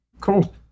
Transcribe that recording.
Cool